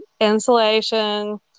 insulation